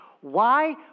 Why